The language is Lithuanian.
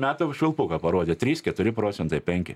metų švilpuką parodė trys keturi procentai penki